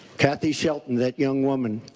kathy shelton, that young woman,